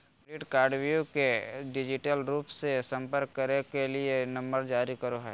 credit कार्डव्यू के लिए डिजिटल रूप से संपर्क करे के लिए नंबर जारी करो हइ